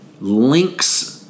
links